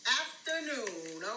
afternoon